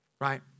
right